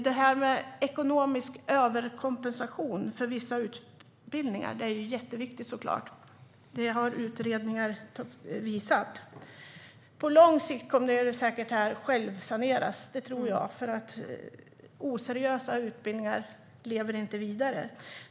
Det här med ekonomisk överkompensation för vissa utbildningar är såklart en jätteviktig fråga. Det har utredningar visat. På sikt kommer det säkert att självsanseras, för oseriösa utbildningar lever inte vidare.